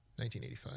1985